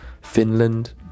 Finland